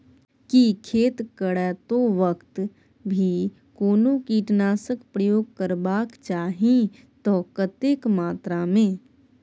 की खेत करैतो वक्त भी कोनो कीटनासक प्रयोग करबाक चाही त कतेक मात्रा में?